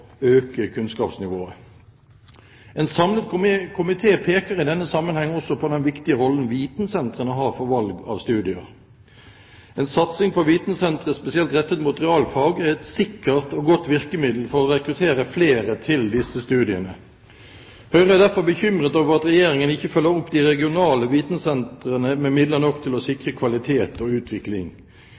øke kunnskapsnivået. En samlet komité peker i denne sammenheng også på den viktige rollen vitensentrene har for valg av studier. En satsing på vitensentre spesielt rettet mot realfag er et sikkert og godt virkemiddel for å rekruttere flere til disse studiene. Høyre er derfor bekymret over at Regjeringen ikke følger opp de regionale vitensentrene med midler nok til å sikre kvalitet og utvikling.